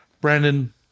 Brandon